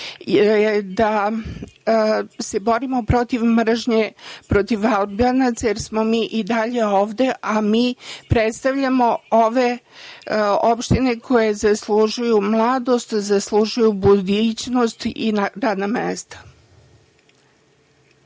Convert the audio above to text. da se borimo protiv mržnje protiv Albanaca, jer smo mi i dalje ovde, a mi predstavljamo ove opštine koje zaslužuju mladost, zaslužuju budućnost i radna mesta.